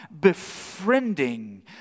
befriending